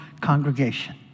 congregation